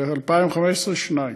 ב-2015, שניים.